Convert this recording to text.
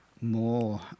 more